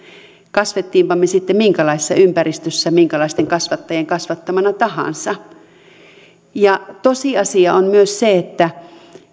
kasvoimmepa me minkälaisessa ympäristössä ja minkälaisten kasvattajien kasvattamana tahansa tosiasia on myös se että